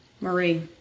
Marie